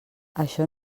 això